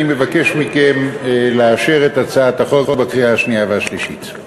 אני מבקש מכם לאשר את הצעת החוק בקריאה השנייה והשלישית.